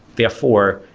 therefore,